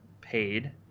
paid